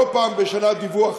לא פעם בשנה דיווח,